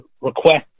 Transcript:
request